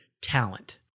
talent